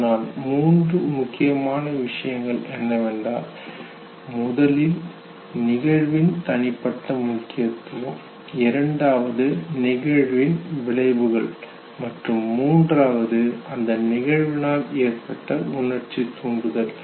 அதனால் மூன்று முக்கியமான விஷயங்கள் என்னவென்றால் முதலில் நிகழ்வின் தனிப்பட்ட முக்கியத்துவம் இரண்டாவது நிகழ்வின் விளைவுகள் மற்றும் மூன்றாவது அந்த நிகழ்வினால் ஏற்பட்ட உணர்ச்சி தூண்டுதல்